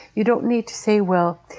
you don't need to say, well,